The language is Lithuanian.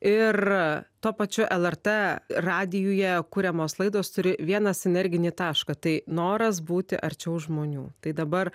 ir tuo pačiu lrt radijuje kuriamos laidos turi vieną sinerginį tašką tai noras būti arčiau žmonių tai dabar